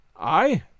I